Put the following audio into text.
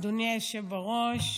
אדוני היושב בראש,